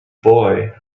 boy